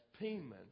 payment